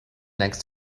next